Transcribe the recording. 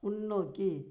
முன்னோக்கி